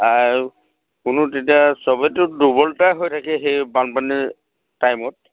আৰু কোনো তেতিয়া চবেইটো দুৰ্বলতাই থাকে সেই বানপানীৰ টাইমত